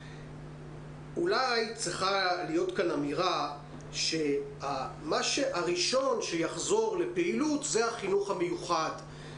אולי צריכה להיות כאן אמירה שהראשון שיחזור לפעילות זה החינוך המיוחד.